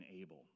able